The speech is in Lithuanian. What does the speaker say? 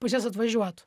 pas jas atvažiuotų